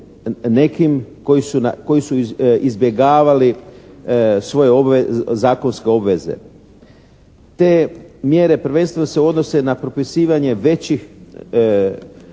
nekim koji su izbjegavali svoje zakonske obveze. Te mjere prvenstveno se odnose na propisivanje većih